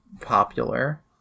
popular